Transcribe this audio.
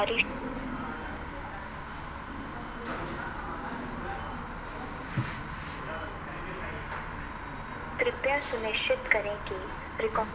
alpaca के बाल से ऊन बनऽ हई